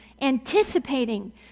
anticipating